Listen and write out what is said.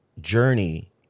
journey